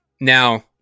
now